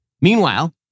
Meanwhile